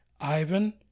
Ivan